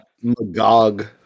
Magog